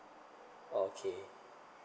okay